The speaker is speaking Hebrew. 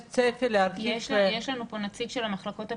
יש צפי ל --- יש לנו פה נציג של המחלקות הפנימיות,